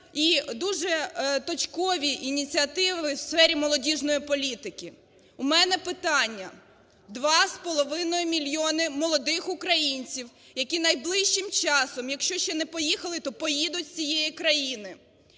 і дуже точкові ініціативи у сфері молодіжної політики. У мене питання. Два з половиною мільйони молодих українців, які найближчим часом, якщо ще не поїхали, то поїдуть з цієї країни,